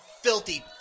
filthy